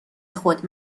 خود